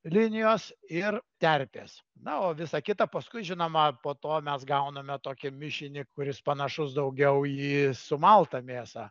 linijos ir terpės na o visa kita paskui žinoma po to mes gauname tokį mišinį kuris panašus daugiau į sumaltą mėsą